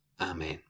Amen